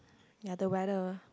ya the weather